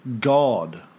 god